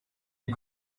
die